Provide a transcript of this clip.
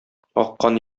аккан